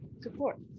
support